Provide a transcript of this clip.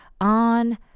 on